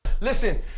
listen